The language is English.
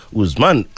uzman